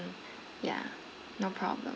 yeah no problem